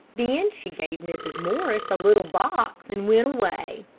then she gave mrs. morris a little box and went away.